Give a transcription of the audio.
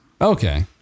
Okay